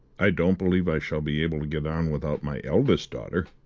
i don't believe i shall be able to get on without my eldest daughter,